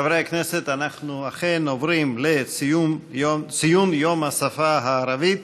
חברי הכנסת, אנחנו עוברים לציון יום השפה הערבית